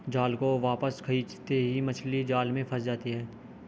जाल को वापस खींचते ही मछली जाल में फंस जाती है